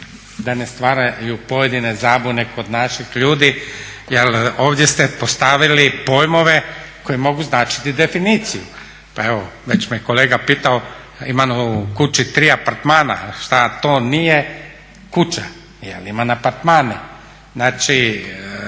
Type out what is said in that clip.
da ne stvaraju pojedine zabune kod naših ljudi jel ovdje ste postavili pojmove koji mogu značiti definiciju. Pa evo već me kolega pitao imamo u kući tri apartmana šta to nije kuća, jel imam apartmane. Znači